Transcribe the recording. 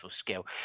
skill